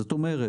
זאת אומרת,